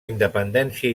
independència